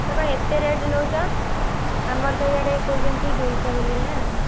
ଏଇଟା କ'ଣ ଏତେ ରେଟ୍ ନଉଛ ଆମର ତ ଇଆଡ଼େ କହୁଛନ୍ତି ଦୁଇଶହ ବୋଲିନା